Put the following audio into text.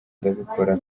ndabikora